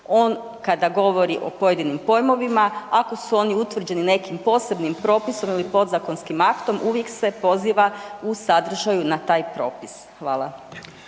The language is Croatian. kada govori o pojedinim pojmovima, ako su oni utvrđeni nekim posebnim propisom ili podzakonskim aktom, uvijek se poziva u sadržaju na taj propis. Hvala.